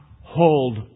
hold